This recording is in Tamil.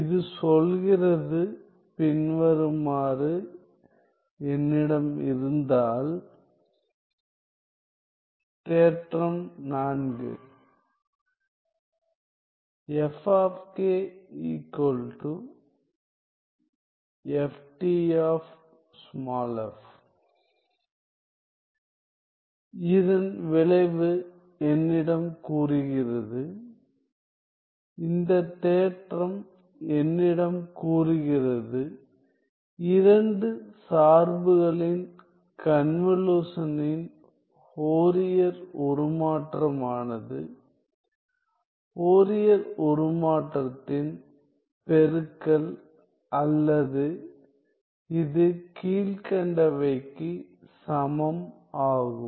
இது சொல்கிறது பின்வருமாறு என்னிடம் இருந்தால் தேற்றம் 4 இதன் விளைவு என்னிடம் கூறுகிறது இந்த தேற்றம் என்னிடம் கூறுகிறது 2 சார்புகளின் கன்வலுஷனின் ஃபோரியர் உருமாற்றமானது ஃபோரியர் உருமாற்றத்தின் பெருக்கல் அல்லது இது கீழ்கண்டவைக்குச் சமம் ஆகும்